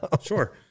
sure